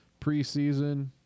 preseason